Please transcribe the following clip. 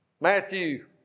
Matthew